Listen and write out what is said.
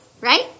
right